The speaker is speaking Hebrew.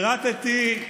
שלא תיתן לו רעיונות.